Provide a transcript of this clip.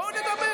בואו נדבר.